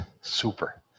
super